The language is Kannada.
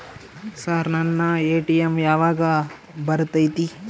ಸರ್ ನನ್ನ ಎ.ಟಿ.ಎಂ ಯಾವಾಗ ಬರತೈತಿ?